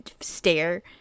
stare